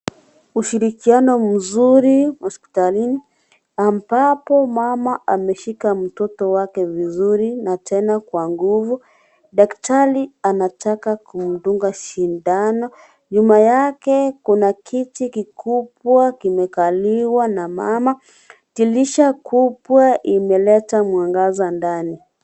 Ushirikiano mzuri hospitalini ambapo mama ameshika mtoto wake vizuri na tena kwa nguvu. Daktari anataka kumdunga sindano. Nyuma yake kuna kiti kikubwa kimekaliwa na mama. Dirisha kubwa imeleta mwangaza ndani.